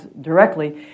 directly